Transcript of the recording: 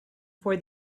for